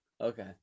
Okay